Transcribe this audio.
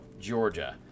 Georgia